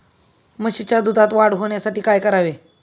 म्हशीच्या दुधात वाढ होण्यासाठी काय करावे?